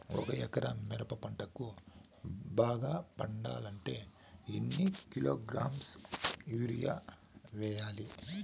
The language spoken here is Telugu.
ఒక ఎకరా మిరప పంటకు బాగా పండాలంటే ఎన్ని కిలోగ్రామ్స్ యూరియ వెయ్యాలి?